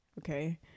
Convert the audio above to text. okay